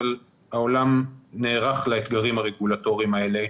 אבל העולם נערך לאתגרים הרגולטוריים האלה.